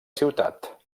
ciutat